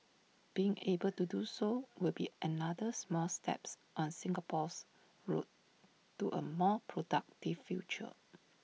being able to do so will be another small steps on Singapore's road to A more productive future